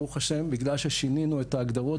ברוך ה' בגלל ששינינו את ההגדרות,